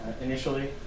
initially